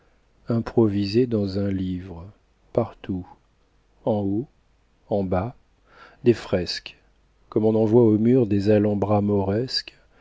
improviser dans un livre partout en haut en bas des fresques comme on en voit aux murs des alhambras moresques